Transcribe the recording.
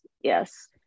Yes